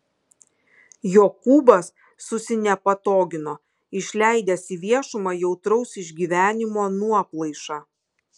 jokūbas susinepatogino išleidęs į viešumą jautraus išgyvenimo nuoplaišą